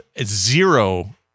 zero